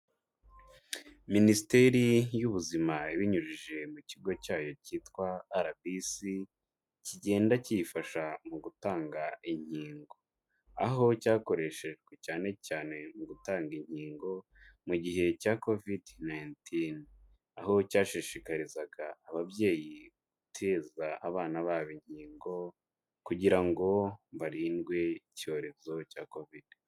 Minisiteri y'ubuzima ibinyujije mu kigo cyayo cyitwa RBC, kigenda kiyifasha mu gutanga inkingo. Aho cyakoreshejwe cyane cyane mu gutanga inkingo mu gihe cya Covid 19. Aho cyashishikarizaga ababyeyi guteza abana babo inkingo kugira ngo barindwe icyorezo cya Covid.